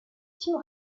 tim